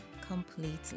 completely